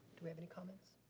do we have any comments?